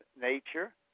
nature